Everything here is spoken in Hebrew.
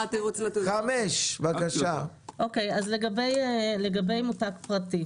זאת ההגדרה של יצרן